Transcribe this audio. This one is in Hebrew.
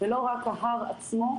ולא רק ההר עצמו,